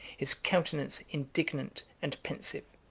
his countenance indignant and pensive.